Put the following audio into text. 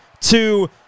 two